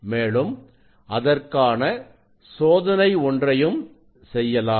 மேலும் அதற்கான சோதனை ஒன்றையும் செய்யலாம்